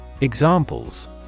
Examples